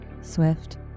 Swift